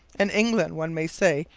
in england one may say,